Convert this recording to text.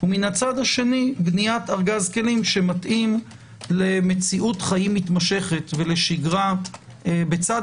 ומצד שני העמדת ארגז כלים שמתאים למציאות חיים מתמשכת ולשגרה בצד